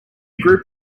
group